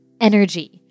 energy